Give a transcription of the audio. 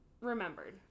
remembered